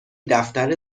دفتر